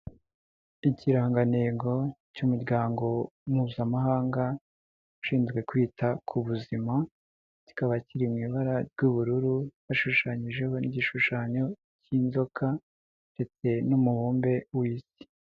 Ikirangantego cy'umuryango mpuzamahanga ushinzwe kwita ku buzima, kikaba kiri mu ibara ry'ubururu bashushanyijeho n'igishushanyo cy'inzoka ndetse n'umubumbe w'isi.